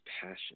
passion